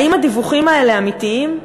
האם הדיווחים האלה אמיתיים?